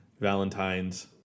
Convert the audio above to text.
Valentine's